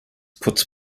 puts